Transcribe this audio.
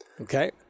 Okay